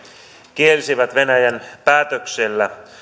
kielsivät venäjän päätöksellä